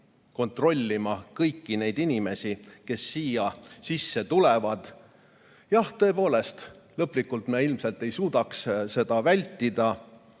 kontrollima kõiki inimesi, kes siia tulevad. Jah, tõepoolest, lõplikult me ilmselt ei suudaks seda [tüve]